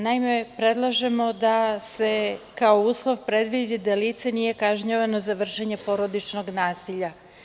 Naime, predlažemo da se kao uslov predvidi da lice nije kažnjavano za vršenje porodičnog nasilja.